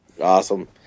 Awesome